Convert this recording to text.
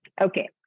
okay